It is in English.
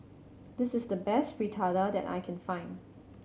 this is the best Fritada that I can find